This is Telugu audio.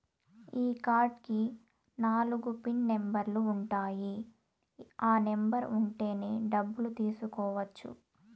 ఈ కార్డ్ కి నాలుగు పిన్ నెంబర్లు ఉంటాయి ఆ నెంబర్ ఉంటేనే డబ్బులు తీసుకోవచ్చు